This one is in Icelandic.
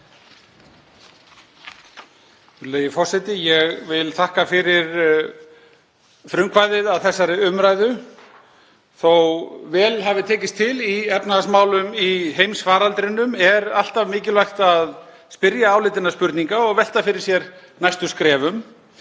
forseti. Ég þakka fyrir frumkvæðið að þessari umræðu. Þótt vel hafi tekist til í efnahagsmálum í heimsfaraldrinum er alltaf mikilvægt að spyrja áleitinna spurninga og velta fyrir sér næstu skrefum.